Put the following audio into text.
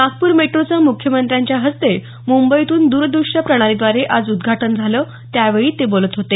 नागपूर मेट्रोचं मुख्यमंत्र्यांच्या हस्ते मुंबईतून दूरदृश्य प्रणालीद्वारे आज उद्घाटन झालं त्यावेळी ते बोलत होते